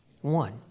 One